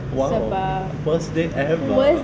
!wow! worst day ever